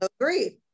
agreed